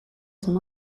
son